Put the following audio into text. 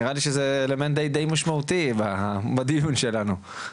נראה לי שזה די משמעותי בדיון שלנו.